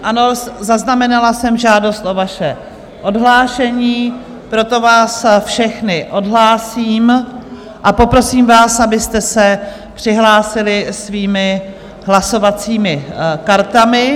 Ano, zaznamenala jsem žádost o vaše odhlášení, proto vás všechny odhlásím a poprosím vás, abyste se přihlásili svými hlasovacími kartami.